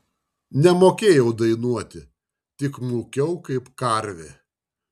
nemokėjau dainuoti tik mūkiau kaip karvė